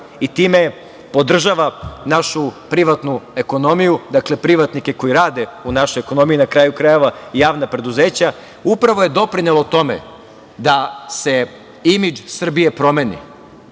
i time podržava našu privatnu ekonomiju, dakle, privatnike koji rade u našoj ekonomiji, na kraju krajeva, i javna preduzeća. To je upravo doprinelo tome da se imidž Srbije promeni,